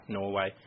Norway